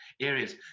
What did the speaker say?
areas